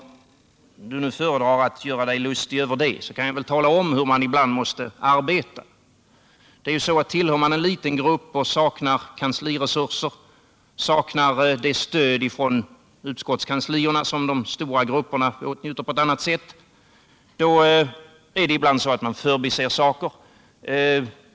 Mer om du föredrar att göra dig lustig över det, så kan jag tala om hur man ibland måste arbeta om man tillhör en liten grupp. En sådan saknar kansliresurser, dvs. det stöd från utskottskanslierna som de stora grupperna åtnjuter på ett annat sätt, och då blir det ibland så att man förbiser saker.